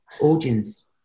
audience